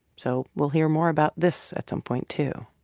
so we'll hear more about this at some point too.